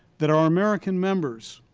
that our american members,